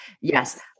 Yes